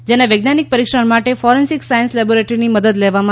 જૈના વૈજ્ઞાનિક પરીક્ષણ માટે ફોરેન્સિક સાયન્સ લેબોરેટરીની મદદ લેવામાં આવી હતી